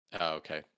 okay